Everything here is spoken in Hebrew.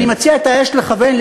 מסורים,